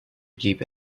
blieb